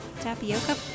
tapioca